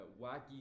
wacky